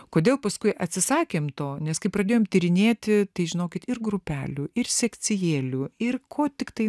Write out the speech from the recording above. kodėl paskui atsisakėm to nes kai pradėjom tyrinėti tai žinokit ir grupelių ir sekcijėlių ir ko tiktai